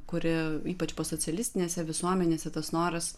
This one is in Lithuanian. kuri ypač posocialistinėse visuomenėse tas noras